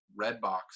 Redbox